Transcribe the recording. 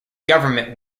government